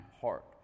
heart